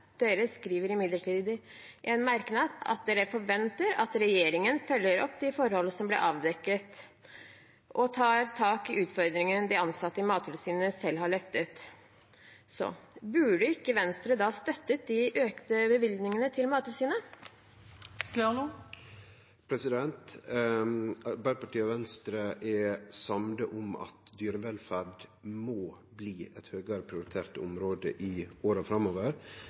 skriver imidlertid i en merknad at de forventer at regjeringen følger opp de forholdene som ble avdekket, og tar tak i utfordringen de ansatte i Mattilsynet selv har løftet. Burde ikke Venstre da støttet de økte bevilgningene til Mattilsynet? Arbeidarpartiet og Venstre er samde om at dyrevelferd må bli eit høgare prioritert område i åra framover,